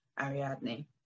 Ariadne